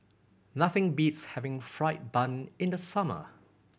nothing beats having fried bun in the summer